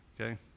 okay